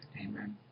Amen